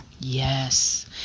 Yes